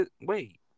wait